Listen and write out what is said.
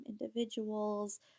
individuals